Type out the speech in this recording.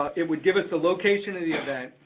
ah it would give us the location of the event,